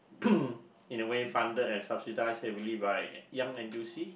in a way funded and subsidised heavily by Young N_T_U_C